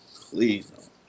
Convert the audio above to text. Please